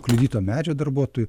kliudyto medžio darbuotojų